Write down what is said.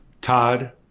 Todd